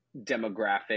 demographic